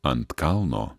ant kalno